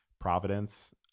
Providence